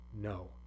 No